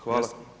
Hvala.